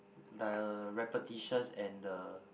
the repetition and the